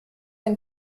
ein